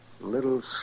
Little